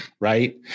Right